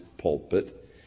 pulpit